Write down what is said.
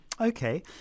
Okay